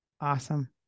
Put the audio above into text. Awesome